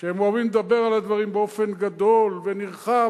שהם אוהבים לדבר על הדברים באופן גדול ונרחב,